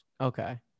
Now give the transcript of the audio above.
Okay